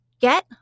get